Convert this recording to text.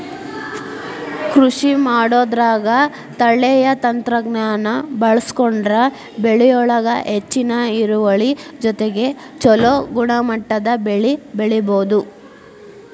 ಕೃಷಿಮಾಡೋದ್ರಾಗ ತಳೇಯ ತಂತ್ರಜ್ಞಾನ ಬಳಸ್ಕೊಂಡ್ರ ಬೆಳಿಯೊಳಗ ಹೆಚ್ಚಿನ ಇಳುವರಿ ಜೊತೆಗೆ ಚೊಲೋ ಗುಣಮಟ್ಟದ ಬೆಳಿ ಬೆಳಿಬೊದು